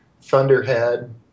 Thunderhead